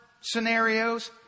scenarios